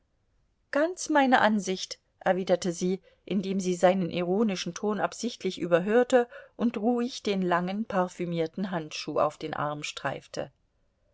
ganz meine ansicht erwiderte sie indem sie seinen ironischen ton absichtlich überhörte und ruhig den langen parfümierten handschuh auf den arm streifte